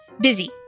Busy